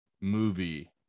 movie